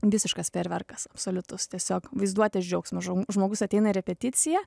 visiškas fejerverkas absoliutus tiesiog vaizduotės džiaugsmo žmo žmogus ateina į repeticiją